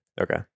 Okay